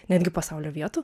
netgi pasaulio vietų